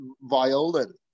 violin